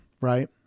right